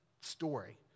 story